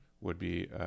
would-be